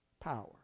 power